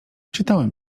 czytałem